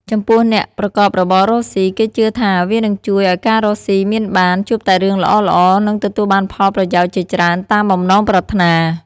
ចំពោះអ្នកប្រកបរបររកស៊ី គេជឿថាវានឹងជួយឲ្យការរកស៊ីមានបាន ជួបតែរឿងល្អៗ និងទទួលបានផលប្រយោជន៍ជាច្រើនតាមបំណងប្រាថ្នា។